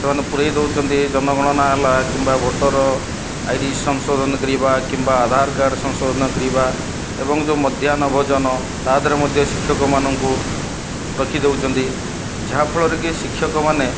ସେମାନେ ପୁରାଇ ଦେଉଛନ୍ତି ଜନଗଣନା ହେଲା କିମ୍ବା ଭୋଟର ଆଇ ଡି ସଂଶୋଧନ କରିବା କିମ୍ବା ଆଧାର କାର୍ଡ଼ ସଂଶୋଧନ କରିବା ଏବଂ ଯେଉଁ ମଧ୍ୟାହ୍ନ ଭୋଜନ ତା ଦେହରେ ମଧ୍ୟ ଶିକ୍ଷକମାନଙ୍କୁ ରଖିଦେଉଛନ୍ତି ଯାହାଫଳରେ କି ଶିକ୍ଷକମାନେ